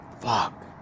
fuck